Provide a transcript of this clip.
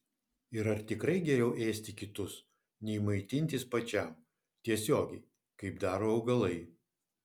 ir ar tikrai geriau ėsti kitus nei maitintis pačiam tiesiogiai kaip daro augalai